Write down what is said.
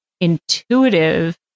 intuitive